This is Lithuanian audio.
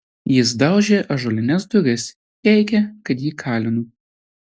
jis daužė ąžuolines duris keikė kad jį kalinu